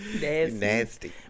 Nasty